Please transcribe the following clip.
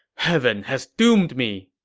heaven has doomed me!